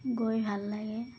গৈ ভাল লাগে